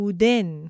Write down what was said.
Uden